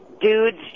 dudes